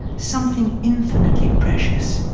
something infinitely precious,